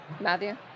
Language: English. Matthew